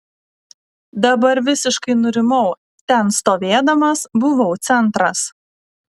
dabar visiškai nurimau ten stovėdamas buvau centras